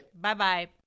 Bye-bye